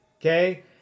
okay